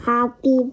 Happy